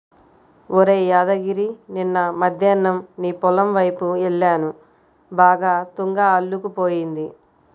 ఒరేయ్ యాదగిరి నిన్న మద్దేన్నం నీ పొలం వైపు యెల్లాను బాగా తుంగ అల్లుకుపోయింది